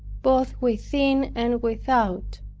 both within and without.